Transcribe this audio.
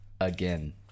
Again